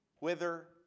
whither